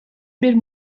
bir